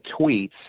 tweets